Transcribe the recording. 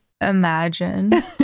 imagine